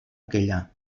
aquella